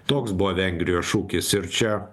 toks buvo vengrijos šūkis ir čia